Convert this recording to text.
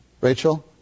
Rachel